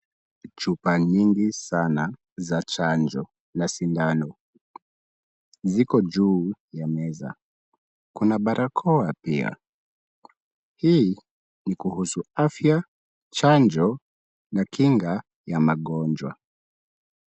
Chupa nyingi sana za chanjo na sindano. Ziko juu ya meza. Kuna barakoa pia. Hii ni kuhusu afya, chanjo na kinga ya magonjwa.